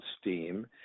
steam